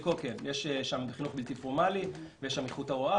יש שם חינוך בלתי פורמלי ויש שם איכות הוראה,